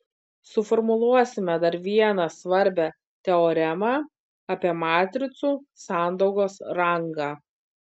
suformuluosime dar vieną svarbią teoremą apie matricų sandaugos rangą